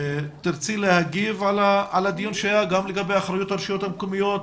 תרצי להגיב על הדיון שהיה וגם לגבי אחריות הרשויות המקומיות,